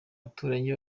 abaturanyi